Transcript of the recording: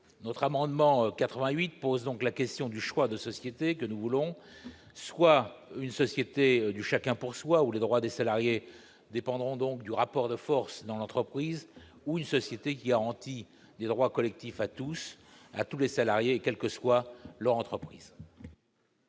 Notre amendement pose donc la question du choix de la société que nous voulons : une société du « chacun pour soi », où les droits des salariés dépendront du rapport de force dans l'entreprise, ou une société qui garantit des droits collectifs à tous les salariés, quelle que soit leur entreprise.